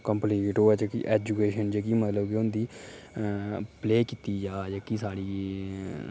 complete होऐ जेह्की education जेह्की मतलब कि होंदी प्लेऽ कीती जा जेह्की साढ़ी